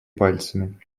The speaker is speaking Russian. пальцами